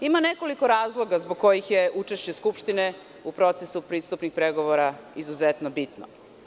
Ima nekoliko razloga zbog kojih je učešće Skupštine u procesu pristupnih pregovora izuzetno bitno.